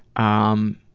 i'm